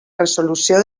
resolució